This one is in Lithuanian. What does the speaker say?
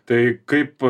tai kaip